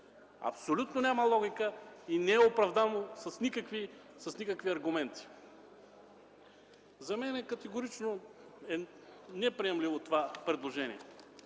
Абсолютно няма логика и не е оправдано с никакви аргументи. За мен категорично това предложение